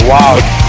Wow